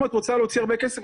אם את רוצה להוציא הרבה כסף,